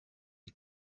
les